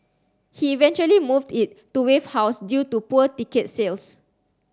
he eventually moved it to Wave House due to poor ticket sales